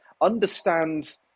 understand